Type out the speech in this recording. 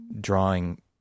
drawing